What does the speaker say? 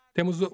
Temos